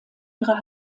ihrer